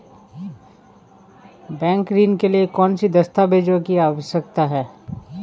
Bank ऋण के लिए कौन से दस्तावेजों की आवश्यकता है?